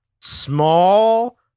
Small